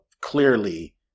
Clearly